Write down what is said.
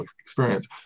experience